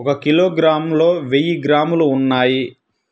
ఒక కిలోగ్రామ్ లో వెయ్యి గ్రాములు ఉన్నాయి